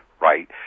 right